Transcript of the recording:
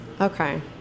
Okay